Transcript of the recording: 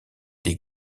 des